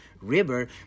river